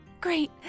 Great